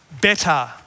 better